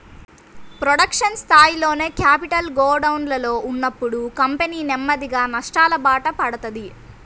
production స్థాయిలోనే capital గోడౌన్లలో ఉన్నప్పుడు కంపెనీ నెమ్మదిగా నష్టాలబాట పడతది